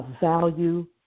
value